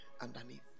underneath